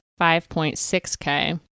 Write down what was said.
5.6K